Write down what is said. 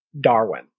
Darwin